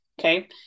Okay